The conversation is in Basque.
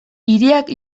hiriak